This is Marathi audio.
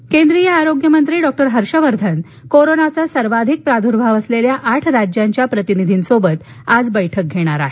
बैठक केंद्रीय आरोग्यमंत्री डॉक्टर हर्षवर्धन कोरोनाचा सर्वाधिक प्रादुर्भाव असलेल्या आठ राज्यांच्या प्रतिनिधींसोबत आज बैठक घेणार आहेत